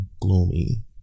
gloomy